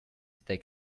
they